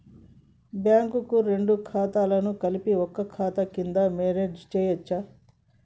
Bank వి రెండు ఖాతాలను కలిపి ఒక ఖాతా కింద మెర్జ్ చేయచ్చా?